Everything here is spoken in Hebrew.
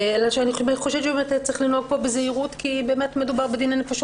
אני חושבת שצריך לנהוג פה בזהירות כי מדובר בדיני נפשות